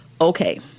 Okay